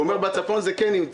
כי אתה אומר שבצפון זה כן נמצא.